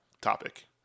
topic